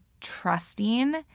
trusting